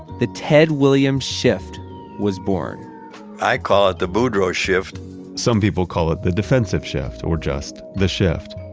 the ted williams shift was born i call it the boudreau shift some people call it the defensive shift or just the shift.